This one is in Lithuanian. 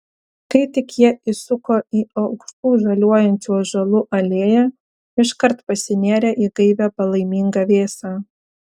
kai tik jie įsuko į aukštų žaliuojančių ąžuolų alėją iškart pasinėrė į gaivią palaimingą vėsą